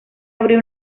abrió